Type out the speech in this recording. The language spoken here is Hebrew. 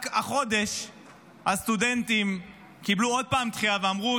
רק החודש הסטודנטים קיבלו עוד פעם דחייה ואמרו